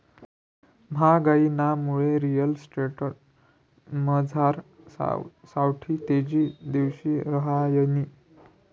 म्हागाईनामुये रिअल इस्टेटमझार सावठी तेजी दिवशी रहायनी